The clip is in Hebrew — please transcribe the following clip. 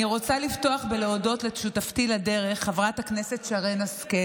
אני רוצה לפתוח ולהודות לשותפתי לדרך חברת הכנסת שרן השכל